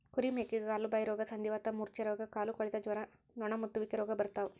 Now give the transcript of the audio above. ಕುರಿ ಮೇಕೆಗೆ ಕಾಲುಬಾಯಿರೋಗ ಸಂಧಿವಾತ ಮೂರ್ಛೆರೋಗ ಕಾಲುಕೊಳೆತ ಜ್ವರ ನೊಣಮುತ್ತುವಿಕೆ ರೋಗ ಬರ್ತಾವ